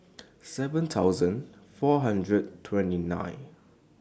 seven thousand four hundred twenty nine